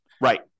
Right